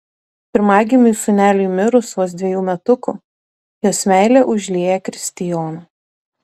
pirmagimiui sūneliui mirus vos dvejų metukų jos meilė užlieja kristijoną